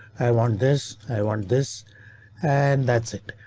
i want this. i want this and that's it.